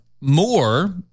more